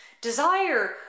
desire